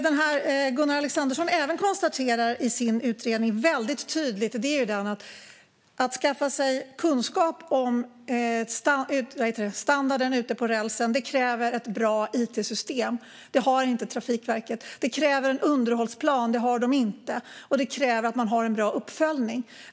Det Gunnar Alexandersson även konstaterar väldigt tydligt i sin utredning är att om man ska skaffa sig kunskap om standarden ute på rälsen kräver det ett bra it-system. Det har inte Trafikverket. Det kräver en underhållsplan. Det har inte Trafikverket. Och det kräver att man har bra uppföljning.